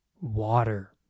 water